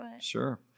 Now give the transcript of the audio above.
sure